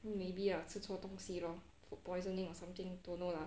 maybe lah 吃错东西 lor food poisoning or something don't know lah